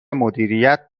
مدیریت